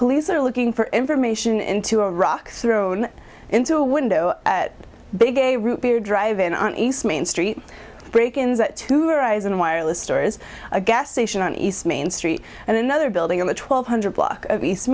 police are looking for information into a rocks thrown into a window at big a root beer drive in on east main street break ins at two arise in wireless stores a gas station on east main street and another building in the twelve hundred block of east